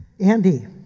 Andy